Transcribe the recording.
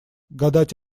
гадать